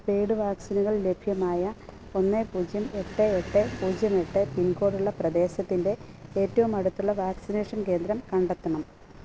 paid വാക്സിനുകൾ ലഭ്യമായ ഒന്ന് പൂജ്യം എട്ട് എട്ട് പൂജ്യം എട്ട് പിൻകോഡുള്ള പ്രദേശത്തിൻ്റെ ഏറ്റവും അടുത്തുള്ള വാക്സിനേഷൻ കേന്ദ്രം കണ്ടെത്തണം